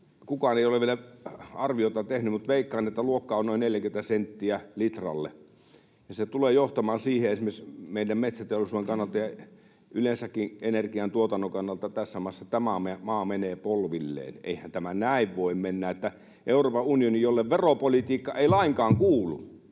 kukaan ei ole vielä arviota tehnyt, mutta veikkaan, että luokka on noin 40 senttiä litralle — ja se tulee johtamaan siihen, esimerkiksi meidän metsäteollisuutemme ja yleensäkin energiantuotannon kannalta tässä maassa, että tämä maa menee polvilleen. Eihän tämä näin voi mennä, että Euroopan unioni, jolle veropolitiikka ei lainkaan kuulu